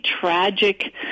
tragic